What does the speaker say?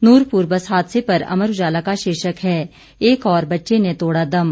Nurpur bus हादसे पर अमर उजाला का शीर्षक है एक और बच्चे ने तोड़ा दम